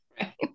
Right